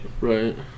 Right